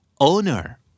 Owner